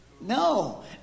No